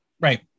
right